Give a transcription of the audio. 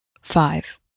five